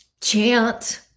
chant